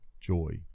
Joy